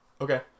Okay